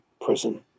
prison